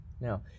Now